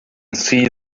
see